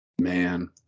man